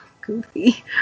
goofy